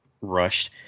rushed